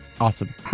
awesome